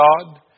God